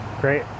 Great